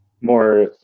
more